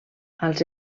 als